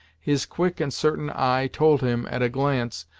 his quick and certain eye told him, at a glance,